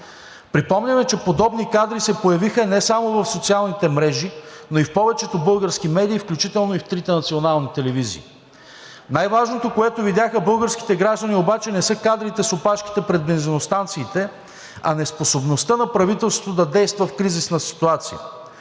Припомняме, че подобни кадри се появиха не само в социалните мрежи, но и в повечето български медии, включително и в трите национални телевизии. Най-важното, което видяха българските граждани обаче, не са кадрите с опашките пред бензиностанциите, а неспособността на правителството да действа в кризисна ситуация.